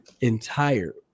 entire